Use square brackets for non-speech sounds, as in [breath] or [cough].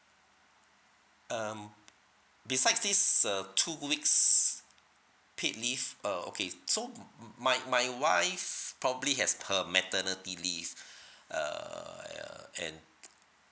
um beside this err two weeks paid leave err okay so m~ m~ my my wife probably has her maternity leave [breath] uh and